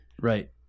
Right